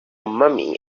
mommy